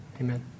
Amen